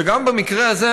וגם במקרה הזה,